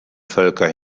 völker